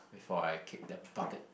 before I kick that bucket